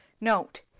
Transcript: Note